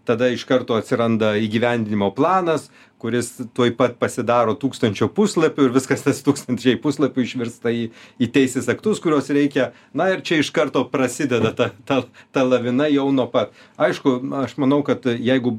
tada iš karto atsiranda įgyvendinimo planas kuris tuoj pat pasidaro tūkstančio puslapių ir viskas tas tūkstančiai puslapių išversta į į teisės aktus kuriuos reikia na ir čia iš karto prasideda ta ta ta lavina jau nuo pa aišku aš manau kad jeigu